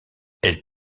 elle